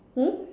hmm